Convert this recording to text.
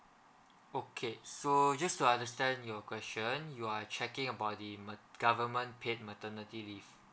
okay so just to understand your question you are checking about the mat~ government paid maternity leave